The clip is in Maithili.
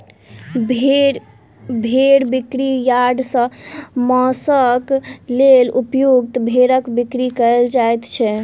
भेंड़ बिक्री यार्ड सॅ मौंसक लेल उपयुक्त भेंड़क बिक्री कयल जाइत छै